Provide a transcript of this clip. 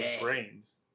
brains